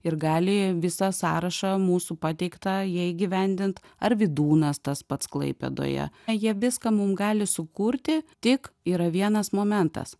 ir gali visą sąrašą mūsų pateiktą jie įgyvendint ar vydūnas tas pats klaipėdoje jie viską mum gali sukurti tik yra vienas momentas